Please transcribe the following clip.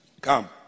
Come